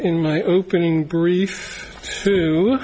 in my opening brief t